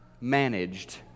managed